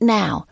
now